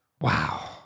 wow